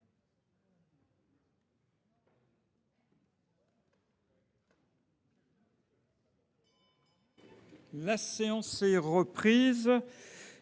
La séance est reprise.